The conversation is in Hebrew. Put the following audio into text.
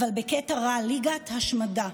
אבל בקטע רע, ליגת השמדה.